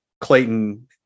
Clayton